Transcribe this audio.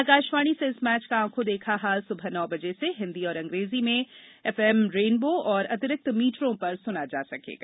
आकाशवाणी से इस मैच का आंखों देखा हाल सुबह नौ बजे से हिन्दी और अंग्रेजी में एफ रैनबो और अतिरिक्त मीटरों पर सुना जा सकेगा